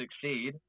succeed